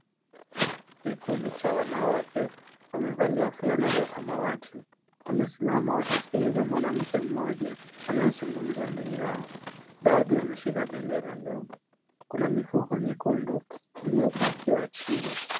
Kikundi cha wanawake, wamevalia fulana za samawati. Wamesimama wakisikiliza mwanamke mmoja anayezungumza mbele yao. Baadhi wameshika bendera ndogo. Kuna mifuko nyekundu iliyopakiwa chini.